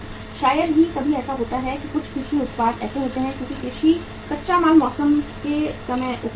शायद ही कभी ऐसा होता है कि कुछ कृषि उत्पाद ऐसे होते हैं क्योंकि कृषि कच्चा माल मौसम के समय उपलब्ध होता है